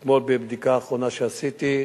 אתמול, בבדיקה אחרונה שעשיתי,